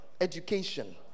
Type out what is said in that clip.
education